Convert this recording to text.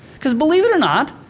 cause believe it or not,